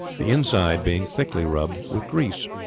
the inside being thickly rubbed with grease.